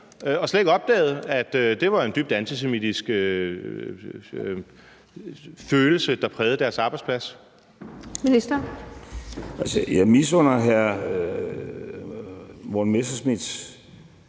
og slet ikke opdaget, at det var en dybt antisemitisk følelse, der prægede deres arbejdsplads? Kl. 15:05 Den fg. formand (Birgitte